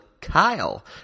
Kyle